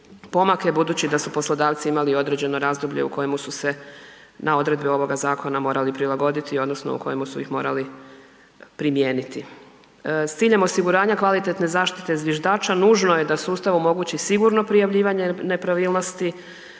pomak, budući da su poslodavci imali određeno razdoblje u kojemu su se na odredbe ovoga zakona morali prilagoditi odnosno u kojemu su ih morali primijeniti. S ciljem osiguranja kvalitetne zaštite zviždača nužno je da sustav omogući sigurno prijavljivanje nepravilnosti,